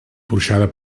porxada